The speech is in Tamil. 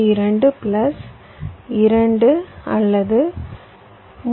2 பிளஸ் 2 அல்லது 3